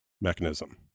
mechanism